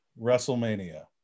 WrestleMania